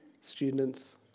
students